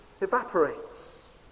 evaporates